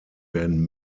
werden